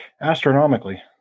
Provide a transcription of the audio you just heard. Astronomically